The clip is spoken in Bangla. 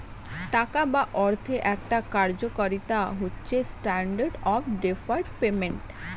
টাকা বা অর্থের একটা কার্যকারিতা হচ্ছে স্ট্যান্ডার্ড অফ ডেফার্ড পেমেন্ট